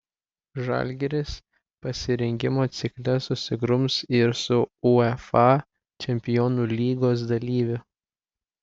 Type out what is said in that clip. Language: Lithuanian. žalgiris pasirengimo cikle susigrums ir su uefa čempionų lygos dalyviu